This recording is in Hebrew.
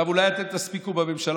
עכשיו אולי אתם תספיקו בממשלה,